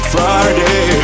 Friday